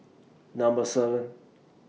Number seven